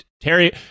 Terry